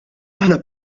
aħna